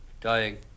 dying